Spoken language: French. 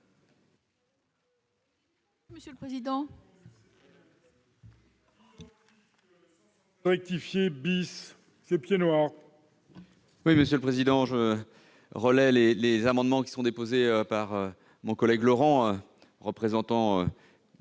monsieur le président.